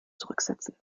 zurücksetzen